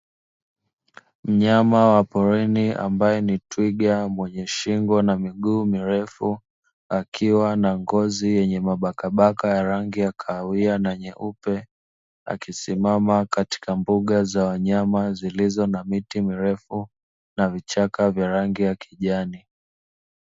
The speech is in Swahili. mnyama wa porini ambaye ni twiga mwenye shingo na miguu mirefu akiwa na ngozi yenye mabakabaka ya rangi ya kahawia na nyeupe, akisimama katika mboga za wanyama zilizo na miti mirefu na vichaka vya rangi ya kijani